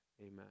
Amen